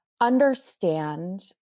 understand